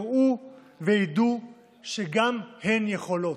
יראו וידעו שגם הן יכולות,